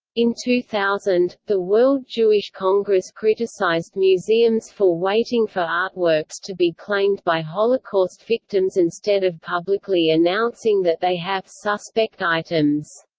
in two thousand, the world jewish congress criticized museums for waiting for artworks to be claimed by holocaust victims instead of publicly announcing that they have suspect items.